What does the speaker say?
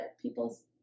people's